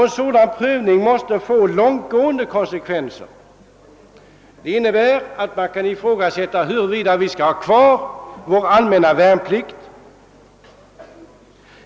En sådan prövning måste få långtgående konsekvenser. Det innebär att man kan ifrågasätta, huruvida vi skall ha kvar vår allmänna värnplikt.